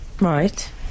Right